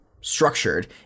structured